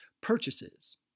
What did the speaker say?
purchases